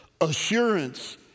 assurance